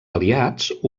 aliats